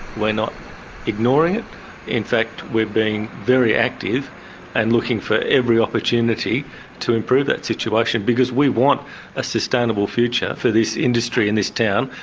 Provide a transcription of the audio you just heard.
we're not ignoring it in fact, we're being very active and looking for every opportunity to improve that situation, because we want a sustainable future for this industry and this town,